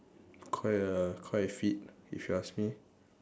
quite err quite fit if you ask me